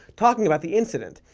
talking about the incident,